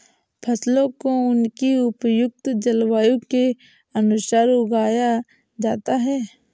फसलों को उनकी उपयुक्त जलवायु के अनुसार उगाया जाता है